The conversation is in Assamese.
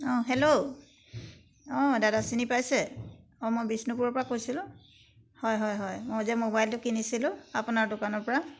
অঁ হেল্ল' অঁ দাদা চিনি পাইছে অঁ মই বিষ্ণুপুৰৰ পৰা কৈছিলোঁ হয় হয় হয় মই যে মোবাইলটো কিনিছিলোঁ আপোনাৰ দোকানৰ পৰা